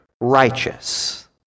righteous